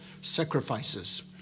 sacrifices